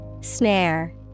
Snare